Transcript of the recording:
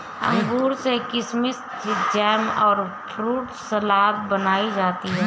अंगूर से किशमिस जैम और फ्रूट सलाद बनाई जाती है